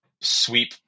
sweep